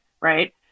right